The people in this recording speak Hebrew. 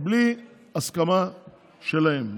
בלי הסכמה שלהם.